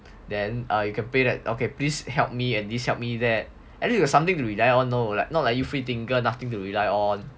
then err you can pray that okay please help me this helped me at least got something to rely on know like not like you free thinker nothing to rely on